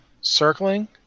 circling